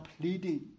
pleading